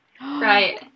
Right